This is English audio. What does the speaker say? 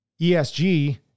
ESG